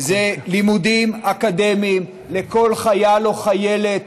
זה לימודים אקדמיים לכל חייל או חיילת